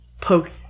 poke